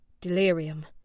Delirium